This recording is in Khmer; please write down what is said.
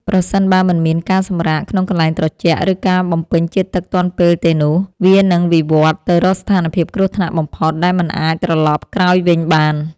ប្រសិនបើមិនមានការសម្រាកក្នុងកន្លែងត្រជាក់ ឬការបំពេញជាតិទឹកទាន់ពេលទេនោះ វានឹងវិវត្តទៅរកស្ថានភាពគ្រោះថ្នាក់បំផុតដែលមិនអាចត្រឡប់ក្រោយវិញបាន។